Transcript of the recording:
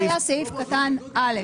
זה היה סעיף קטן (א).